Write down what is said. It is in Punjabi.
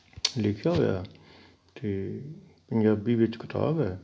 ਲਿਖਿਆ ਹੋਇਆ ਅਤੇ ਪੰਜਾਬੀ ਵਿੱਚ ਕਿਤਾਬ ਹੈ